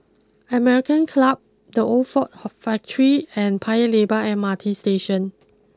American Club the Old Ford Factory and Paya Lebar M R T Station